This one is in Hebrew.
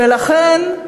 ולכן,